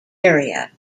area